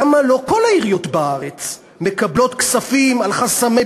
למה לא כל העיריות בארץ מקבלות כספים על חסמי